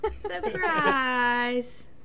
Surprise